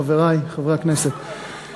חברי חברי הכנסת,